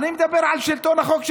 אני מדבר על שלטון החוק,